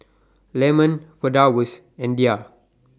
Leman Firdaus and Dhia